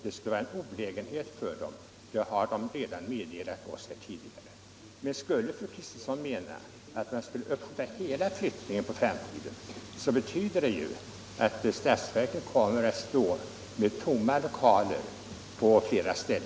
Det skulle vara en olägenhet för de anställda, och det har de meddelat oss under en uppvaktning inför utskottet. Men skulle fru Kristensson mena att man skulle uppskjuta hela flyttningen på framtiden, betyder det att statsverket kommer att stå med tomma lokaler på fiera håll.